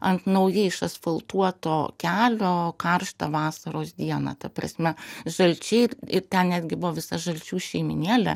ant naujai išasfaltuoto kelio karštą vasaros dieną ta prasme žalčiai ir ten netgi buvo visa žalčių šeimynėlė